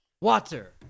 water